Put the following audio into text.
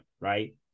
right